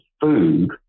food